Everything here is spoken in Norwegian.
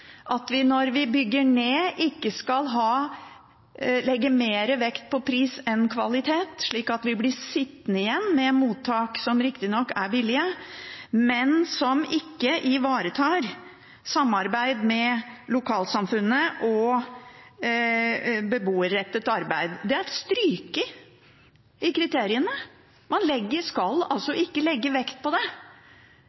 at vi når vi bygger ned, ikke skal legge mer vekt på pris enn kvalitet, slik at vi blir sittende igjen med mottak som riktignok er billige, men som ikke ivaretar samarbeid med lokalsamfunnet og beboerrettet arbeid. Det er blitt strøket fra kriteriene. Man skal altså